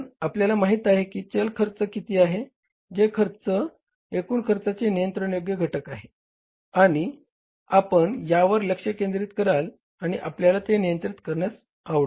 कारण आपल्याला माहित आहे की चल खर्च किती आहे जे एकूण खर्चाच्या नियंत्रणायोग्य घटक आहे आणि आपण यावर लक्ष केंद्रित कराल आणि आपल्याला ते नियंत्रित करण्यास आवडेल